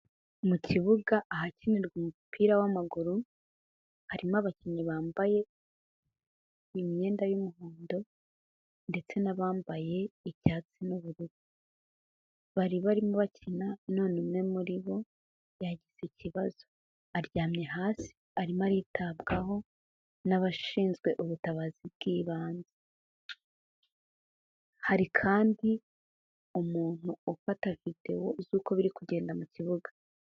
Mu kibuga ahakinirwa umupira w'amaguru, harimo abakinnyi bambaye, imyenda y'umuhondo, ndetse n'abambaye icyatsi n'ubururu. Bari barimo bakina none umwe muri bo, yagize ikibazo. Aryamye hasi arimo aritabwaho n'abashizwe ubutabazi bw'ibanze. Hari kandi umuntu ufata videwo z'uko biri kugenda mu kibuga.